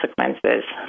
consequences